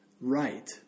right